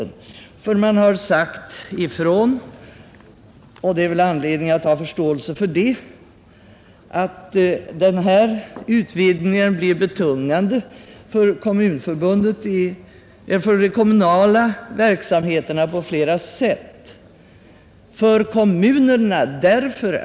Man har sagt ifrån, och det finns väl anledning att ha förståelse för det, att denna utvidgning på flera sätt blir betungande för den kommunala verksamheten.